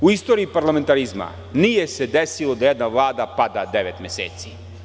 U istoriji parlamentarizma nije se desilo da jedna vlada pada devet meseci.